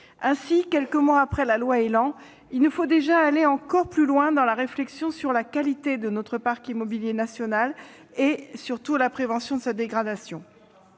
Ainsi, quelques mois après la loi ÉLAN, il nous faut déjà aller encore plus loin dans la réflexion sur la qualité de notre parc immobilier national et la prévention de sa dégradation.